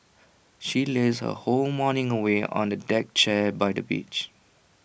she lazed her whole morning away on A deck chair by the beach